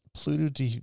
Pluto